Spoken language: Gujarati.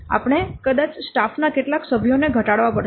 આપણે કદાચ સ્ટાફના કેટલાક સભ્યોને ઘટાડવો પડશે